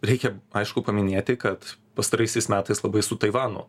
reikia aišku paminėti kad pastaraisiais metais labai su taivano